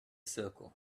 circle